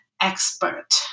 expert